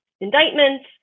indictments